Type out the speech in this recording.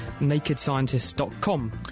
NakedScientists.com